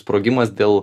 sprogimas dėl